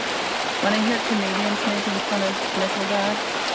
when i hear comedians making fun of nickelback,